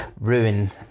ruin